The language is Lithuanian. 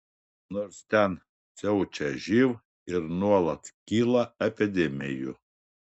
nors ten siaučia živ ir nuolat kyla epidemijų